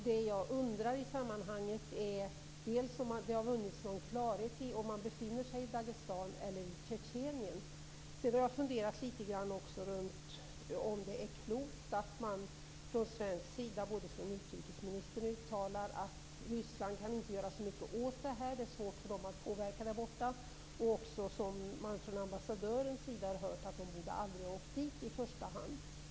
Det som jag undrar i sammanhanget är om det har vunnits någon klarhet i om paret befinner sig i Dagestan eller i Tjetjenien. Sedan har jag även funderat litet grand över om det är klokt att man från svensk sida, även från utrikesministern, uttalar att Ryssland inte kan göra så mycket åt detta och att det är svårt för Ryssland att påverka något i Dagestan eller i Tjetjenien. Ambassadören har också sagt att paret aldrig borde ha åkt dit.